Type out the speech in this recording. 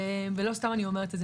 ולא סתם אני אומרת את זה.